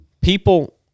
people